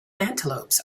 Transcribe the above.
antelopes